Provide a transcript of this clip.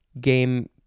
game